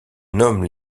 nomment